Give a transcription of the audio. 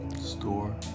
Store